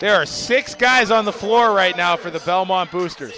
there are six guys on the floor right now for the belmont booster